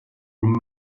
met